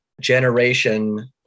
generation